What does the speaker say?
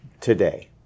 today